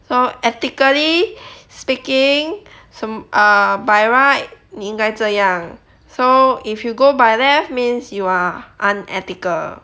so ethically speaking 什 ah by right 你应该这样 so if you go by left means you are unethical